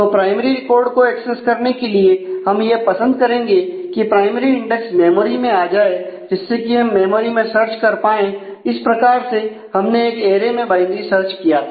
तो primary record को access करने के लिए हम यह पसंद करेंगे कि प्राइमरी इंडेक्स मेमोरी में आ जाए जिससे कि हम मेमोरी में सर्च कर पाए इस प्रकार से हमने एक एरे में बाइनरी सर्च किया था